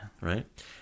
Right